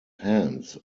hands